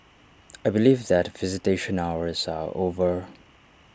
I believe that visitation hours are over